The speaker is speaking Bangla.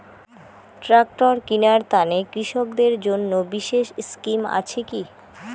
ট্রাক্টর কিনার তানে কৃষকদের জন্য বিশেষ স্কিম আছি কি?